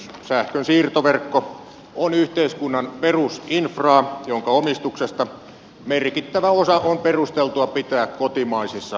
sähkön siirtoverkko on yhteiskunnan perusinfraa jonka omistuksesta merkittävä osa on perusteltua pitää kotimaisissa käsissä